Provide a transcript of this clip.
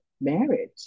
marriage